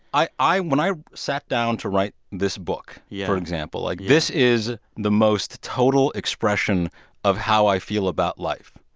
i i when i sat down to write this book, yeah for example, like, this is the most total expression of how i feel about life.